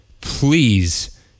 please